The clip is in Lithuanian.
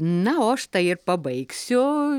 na o aš tai ir pabaigsiu